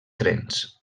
trens